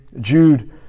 Jude